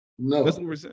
no